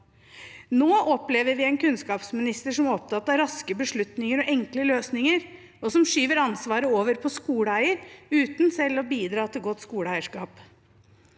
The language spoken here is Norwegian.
Nå opplever vi en kunnskapsminister som er opptatt av raske beslutninger og enkle løsninger, og som skyver ansvaret over på skoleeier uten selv å bidra til godt skoleeierskap.